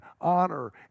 honor